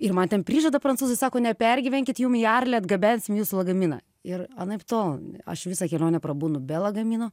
ir man ten prižada prancūzai sako nepergyvenkit jum į arlį atgabensim jūsų lagaminą ir anaiptol aš visą kelionę prabūnu be lagamino